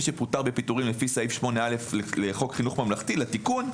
מי שפוטר בפיטורין לפי סעיף 8א לחוק חינוך ממלכתי לתיקון,